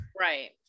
Right